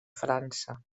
frança